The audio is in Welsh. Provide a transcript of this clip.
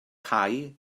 cae